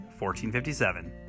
1457